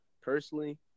personally